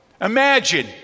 Imagine